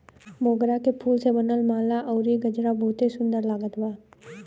मोगरा के फूल से बनल माला अउरी गजरा बहुते सुन्दर लागत बा